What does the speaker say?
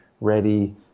ready